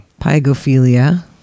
Pygophilia